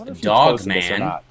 Dogman